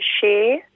share